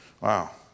Wow